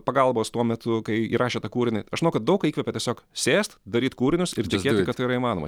pagalbos tuo metu kai įrašė tą kūrinį aš manau kad daug ką įkvepia tiesiog sėst daryt kūrinius ir tikėti kad tai yra įmanoma